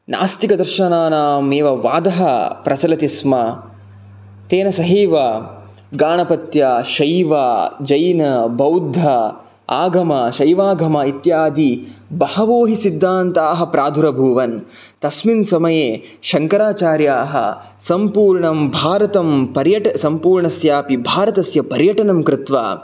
नास्तिकदर्शनानां एव वादः प्रचलति स्म तेन सहैव गाणपत्यशैवजैनबौद्ध आगमशैवागमा इत्यादि बहवो हि सिद्धान्ताः प्रादुर्भूवन् तस्मिन् समये शङ्कराचार्याः सम्पूर्णं भारतं सम्पूर्णस्यापि भारतस्य पर्यटनं कृत्वा